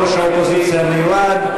ראש האופוזיציה המיועד.